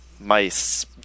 mice